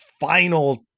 final